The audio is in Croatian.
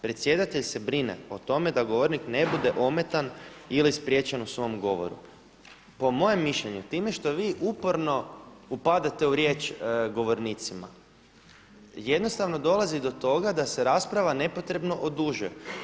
Predsjedatelj se brine o tome da govornik ne bude ometan ili spriječen u svom govoru.“ Po mojem mišljenju time što vi uporno upadate u riječ govornicima jednostavno dolazi do toga da se rasprava nepotrebno odužuje.